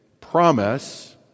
promise